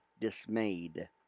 dismayed